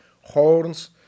horns